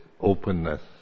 openness